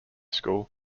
school